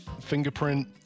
fingerprint